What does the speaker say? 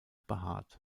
behaart